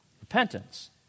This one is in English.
Repentance